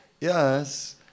yes